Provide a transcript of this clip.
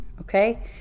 okay